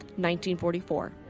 1944